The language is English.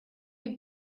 who